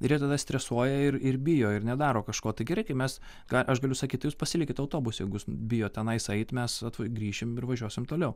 ir jie tada stresuoja ir ir bijo ir nedaro kažko tai gerai kai mes ką aš galiu sakyt tai jūs pasilikit autobuse bijot tenais eit mes grįšim ir važiuosim toliau